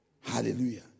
Hallelujah